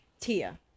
Tia